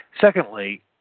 Secondly